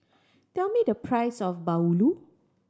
tell me the price of bahulu